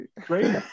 Great